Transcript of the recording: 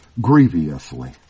grievously